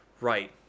right